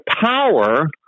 power